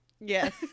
Yes